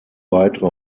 weitere